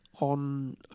on